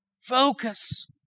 focus